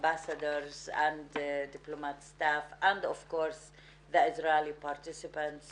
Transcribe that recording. הנוספות ומהצוות הדיפלומטי וכמובן מהמשתתפים הישראלים